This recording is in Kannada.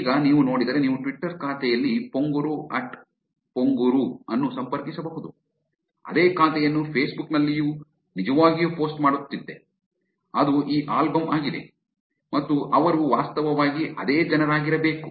ಈಗ ನೀವು ನೋಡಿದರೆ ನೀವು ಟ್ವಿಟರ್ ಖಾತೆಯಲ್ಲಿ ಪೊಂಗುರು ಅಟ್ ಪೊಂಗುರು ponguru ಅನ್ನು ಸಂಪರ್ಕಿಸಬಹುದು ಅದೇ ಖಾತೆಯನ್ನು ಫೇಸ್ಬುಕ್ ನಲ್ಲಿ ನಿಜವಾಗಿಯೂ ಪೋಸ್ಟ್ ಮಾಡುತ್ತಿದೆ ಅದು ಈ ಆಲ್ಬಂ ಆಗಿದೆ ಮತ್ತು ಅವರು ವಾಸ್ತವವಾಗಿ ಅದೇ ಜನರಾಗಿರಬೇಕು